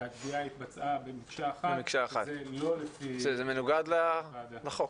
והגבייה התבצעה במקשה אחת ולא לפי --- זה מנוגד לחוק,